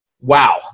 wow